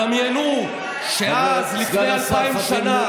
דמיינו שאז, לפני אלפיים שנה,